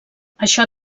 això